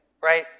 right